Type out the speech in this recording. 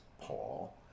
Paul